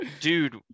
dude